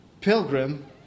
pilgrim